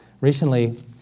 Recently